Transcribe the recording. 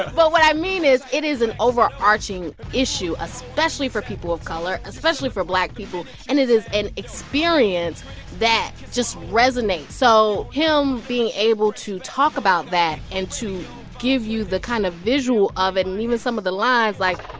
but what i mean is it is an overarching issue, especially for people of color, especially for black people. and it is an experience that just resonates. so him being able to talk about that and to give you the kind of visual of it and even some of the lines, like,